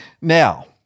Now